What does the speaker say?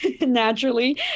naturally